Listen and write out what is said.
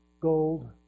gold